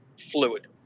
fluid